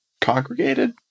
congregated